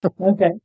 Okay